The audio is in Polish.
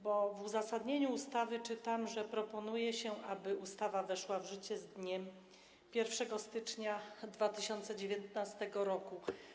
Bo w uzasadnieniu ustawy czytam, że proponuje się, aby ustawa weszła w życie z dniem 1 stycznia 2019 r.